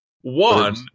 One